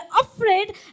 afraid